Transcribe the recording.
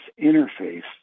interface